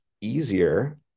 easier